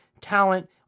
talent